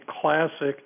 classic